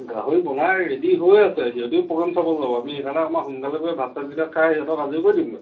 গাহৰি বনাই ৰেডি হৈ আছে সিহঁতিও প'গেম চাবলৈ যাব আমি সেইকাৰণে অকণমান সোনকালে গৈ ভাত চাত গিটা খাই সিহঁতক আজৰি কৰি দিওঁগৈ